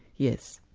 yes.